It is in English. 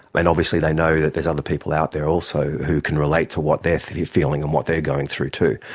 and obviously they know that there's other people out there also who can relate to what they are feeling and what they are going through too,